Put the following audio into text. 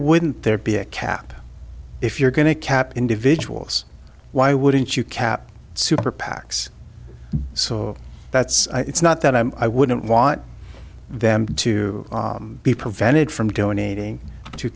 ouldn't there be a cap if you're going to cap individuals why wouldn't you cap super pacs so that's it's not that i wouldn't want them to be prevented from donating t